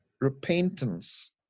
repentance